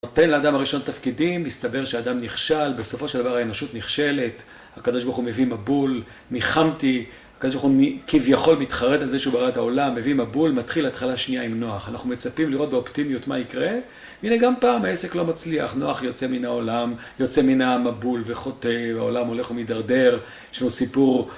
נותן לאדם הראשון תפקידים, מסתבר שהאדם נכשל, בסופו של דבר האנושות נכשלת, הקב"ה מביא מבול, ניחמתי, הקב"ה כביכול מתחרט על זה שהוא ברא את העולם, מביא מבול, מתחיל התחלה שנייה עם נוח, אנחנו מצפים לראות באופטימיות מה יקרה, והנה גם פעם, העסק לא מצליח, נוח יוצא מן העולם, יוצא מן העם מבול וחוטא, העולם הולך ומדרדר, יש לנו סיפור.